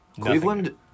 Cleveland